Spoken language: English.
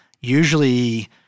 usually